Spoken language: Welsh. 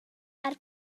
gau